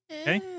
Okay